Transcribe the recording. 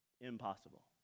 Impossible